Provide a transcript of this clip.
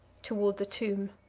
toward the tomb.